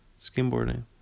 Skimboarding